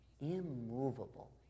immovable